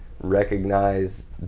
recognize